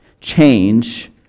Change